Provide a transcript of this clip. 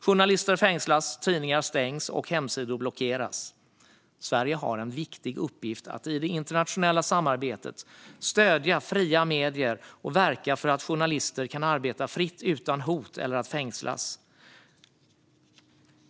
Journalister fängslas, tidningar stängs och hemsidor blockeras. Sverige har en viktig uppgift att i det internationella samarbetet stödja fria medier och verka för att journalister ska kunna arbeta fritt utan hot eller risk att fängslas.